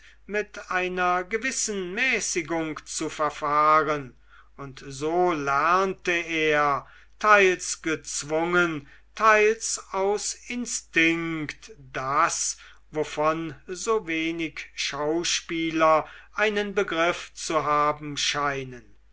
mit einer gewissen mäßigung zu verfahren und so lernte er teils gezwungen teils aus instinkt das wovon so wenig schauspieler einen begriff zu haben scheinen